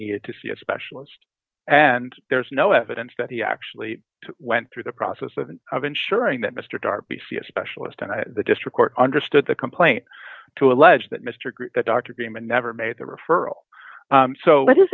needed to see a specialist and there's no evidence that he actually went through the process of ensuring that mr darby see a specialist and the district court understood the complaint to allege that mr group that dr graham and never made the referral so that is